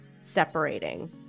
separating